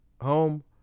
home